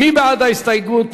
מי בעד ההסתייגות?